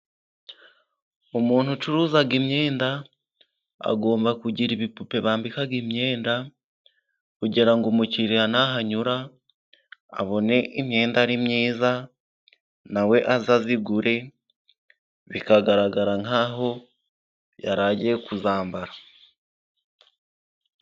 Umuntu ucuruza imyenda ,agomba kugira ibipupe bambika imyenda ,kugira ngo umukiriya nahanyura ,abone imyenda ari myiza na we aze ayigure, bikagaragara nk'aho aho yaragiye kuyambara.